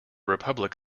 republic